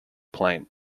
plain